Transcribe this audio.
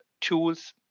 tools